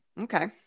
okay